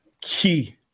key